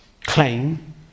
claim